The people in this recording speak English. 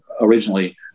originally